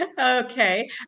Okay